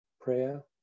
prayer